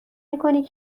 میکنی